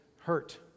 hurt